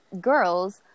girls